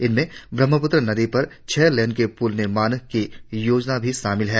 इनमें ब्रह्मपुत्र नदी पर छह लेन के पुल निर्माण की योजना भी शामिल है